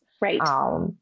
right